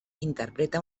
interpreta